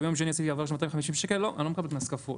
ביום שני עשיתי עבירה של 250 שקלים - אני לא מקבל קנס כפול.